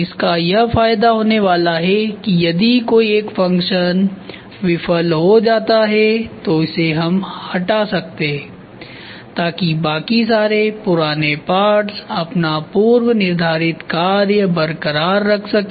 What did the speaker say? इसका यह फायदा होने वाला है कि यदि कोई एक फंक्शन विफल हो जाता है तो इसे हम हटा सकते ताकि बाकि सारे पुराने पार्ट्स अपना पूर्व निर्धारित कार्य बरकरार रख सके